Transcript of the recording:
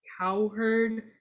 Cowherd